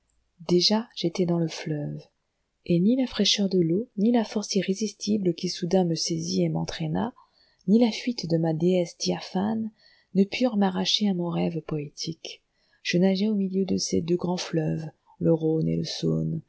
déjà j'étais dans le fleuve et ni la fraîcheur de l'eau ni la force irrésistible qui soudain me saisit et m'entraîna ni la fuite de ma déesse diaphane ne purent m'arracher à mon rêve poétique je nageais au milieu de ces deux grands fleuves le rhône et la